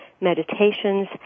meditations